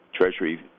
Treasury